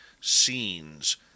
scenes